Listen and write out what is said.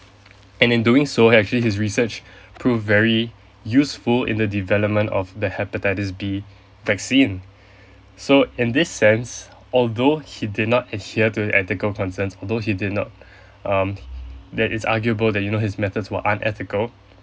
and in doing so actually his research prove very useful in the development of the hepatitis B vaccine so in this sense although he did not adhere to the ethical concerns although he did not um that it's arguable that you know his methods were unethical